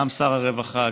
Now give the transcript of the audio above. גם שר הרווחה,